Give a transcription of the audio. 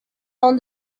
own